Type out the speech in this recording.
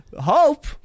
Hope